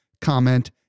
comment